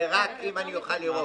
זה רק אם אוכל לראות.